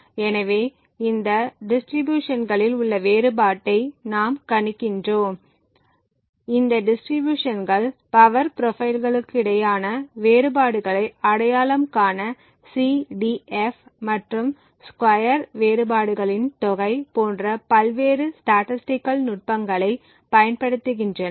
எனவே இந்த டிஸ்ட்ரிபியூஷன்களில் உள்ள வேறுபாட்டை நாம் கண்காணிக்கிறோம் இந்த டிஸ்ட்ரிபியூஷன்கள் பவர் ப்ரொபைல்ளுக்கிடையேயான வேறுபாடுகளை அடையாளம் காண CDF மற்றும் ஸ்கொயர் வேறுபாடுகளின் தொகை போன்ற பல்வேறு ஸ்டாடிஸ்டிக்கல் நுட்பங்களைப் பயன்படுத்துகின்றன